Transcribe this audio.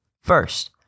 First